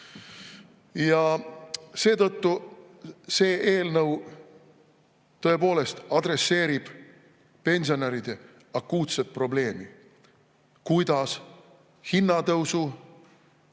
Seetõttu see eelnõu tõepoolest adresseerib pensionäride akuutset probleemi, kuidas hinnatõusu